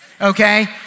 okay